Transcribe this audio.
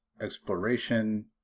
exploration